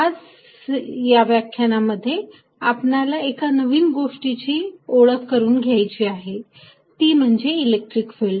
आज व्याख्यानामध्ये आपणाला एका नवीन गोष्टीची ओळख करून घ्यायची आहे ती म्हणजे इलेक्ट्रिक फिल्ड